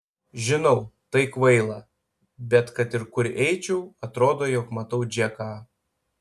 žinau tai kvaila bet kad ir kur eičiau atrodo jog matau džeką